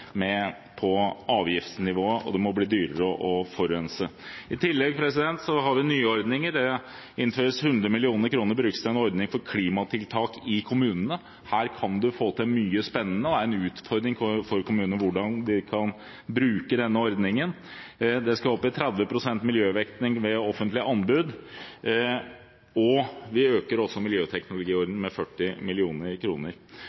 og det må bli dyrere å forurense. I tillegg har vi nye ordninger. 100 mill. kr skal brukes til en ordning med klimatiltak i kommunene. Her kan man få til mye spennende, og det er en utfordring for kommunene hvordan de kan bruke denne ordningen. Man skal opp i 30 pst. miljøvekting ved offentlige anbud, og vi styrker miljøteknologiordningen med 40